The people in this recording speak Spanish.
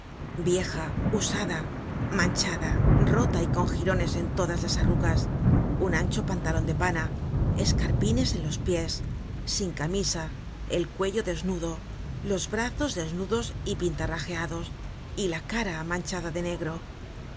vieja usada manchada rota y con girones en todas las arrugas un ancho pantalon de pana escarpines en los pies sin camisa el cuello desnudo los brazos desnudos y pintarrajeados y la cara manchada de negro